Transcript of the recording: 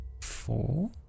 Four